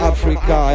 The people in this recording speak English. Africa